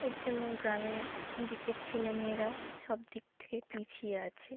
এর জন্যও গ্রামের দিকের ছেলে মেয়েরা সব দিক থেকে পিছিয়ে আছে